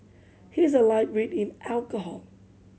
he is a lightweight in alcohol